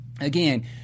Again